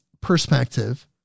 perspective